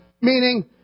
Meaning